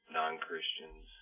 non-Christians